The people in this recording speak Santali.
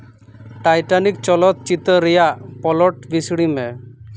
ᱴᱟᱭᱴᱟᱱᱤᱠ ᱪᱚᱞᱚᱛ ᱪᱤᱛᱟᱹᱨ ᱨᱮᱭᱟᱜ ᱯᱚᱞᱚᱴ ᱵᱤᱥᱲᱤ ᱢᱮ